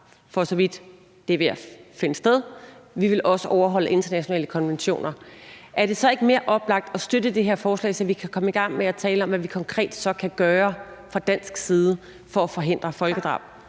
for så vidt det er ved at finde sted, og vi vil også overholde internationale konventioner – er det så ikke mere oplagt at støtte det her forslag, så vi kan komme i gang med at tale om, hvad vi så konkret kan gøre fra dansk side for at forhindre folkedrab?